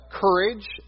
courage